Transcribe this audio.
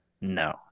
No